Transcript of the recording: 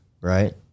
right